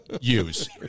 use